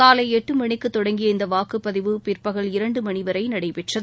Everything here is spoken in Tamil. காலை எட்டு மணிக்கு தொடங்கிய இந்த வாக்குப்பதிவு பிற்பகல் இரண்டு மணி வரை நடைபெற்றது